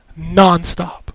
nonstop